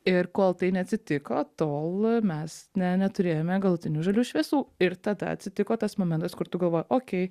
ir kol tai neatsitiko tol mes ne neturėjome galutinių žalių šviesų ir tada atsitiko tas momentas kur tu galvoji okei